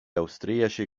austriaci